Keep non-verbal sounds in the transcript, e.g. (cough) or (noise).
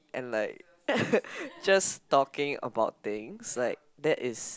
and like (laughs) just talking about things like that is